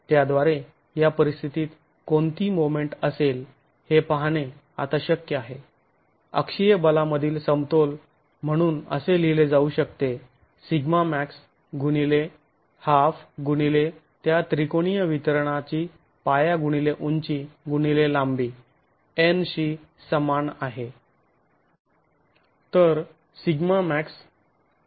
त्याद्वारे या परिस्थितीत कोणती मोमेंट असेल हे पाहणे आता शक्य आहे अक्षीय बला मधील समतोल म्हणून असे लिहिले जाऊ शकते सिग्मा मॅक्स गुणिले हाफ ½ गुणिले त्या त्रिकोणीय वितरणाची पाया गुणिले उंची गुणिले लांबी N शी समान आहे